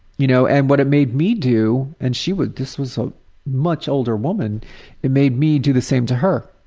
you know, and what it made me do, and she would this was a much older woman it made me do the same to her.